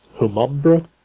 Humumbra